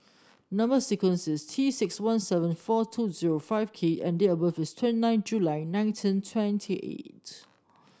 number sequence is T six one seven four two zero five K and date of birth is twenty nine July nineteen twenty eight